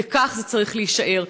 וכך זה צריך להישאר.